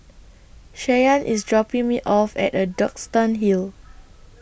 Shyann IS dropping Me off At A Duxton Hill